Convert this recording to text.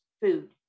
food